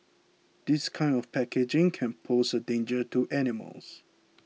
this kind of packaging can pose a danger to animals